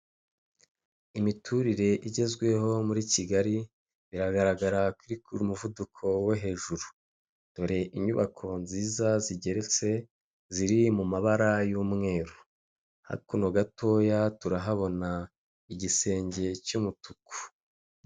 Imiturire igezweho muri Kigali, biragaragara ko biri ku muvuduko wo hejuru. Dore inyubako nziza zigeretse ziri mu mabara y'umweru. Hakuno gatoya turahabona igisenge cy'umutuku.